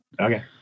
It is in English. Okay